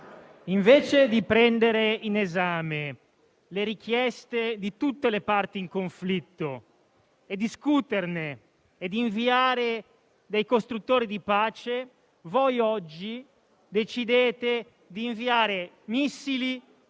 invece di prendere in esame le richieste di tutte le parti in conflitto, discuterne e inviare dei costruttori di pace, voi oggi decidete di inviare missili,